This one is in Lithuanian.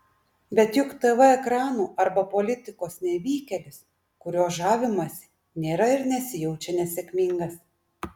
bet juk tv ekranų arba politikos nevykėlis kuriuo žavimasi nėra ir nesijaučia nesėkmingas